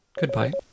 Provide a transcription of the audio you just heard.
Goodbye